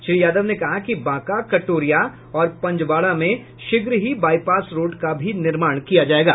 श्री यादव ने कहा कि बांका कटोरिया और पंजबारा में शीघ्र ही बाईपास रोड का भी निर्माण किया जायेगा